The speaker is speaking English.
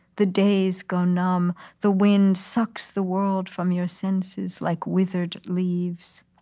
the days go numb, the wind sucks the world from your senses like withered leaves.